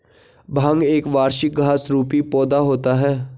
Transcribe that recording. भांग एक वार्षिक घास रुपी पौधा होता है